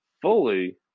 fully